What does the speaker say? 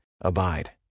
Abide